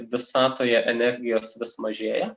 visatoje energijos vis mažėja